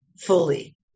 fully